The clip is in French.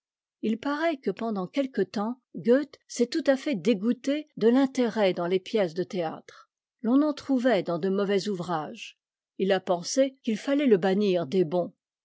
il paraît que pendant quelque temps goethe s'est tout à fait dégoûté de l'intérêt dans les pièces de théâtre l'on en trouvait dans de mauvais ouvrages il a pensé qu'il fallait le bannir des bons